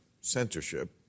censorship